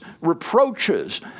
reproaches